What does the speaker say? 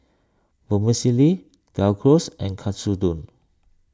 Vermicelli Gyros and Katsudon